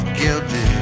guilty